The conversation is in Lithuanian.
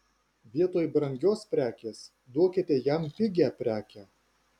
vietoj brangios prekės duokite jam pigią prekę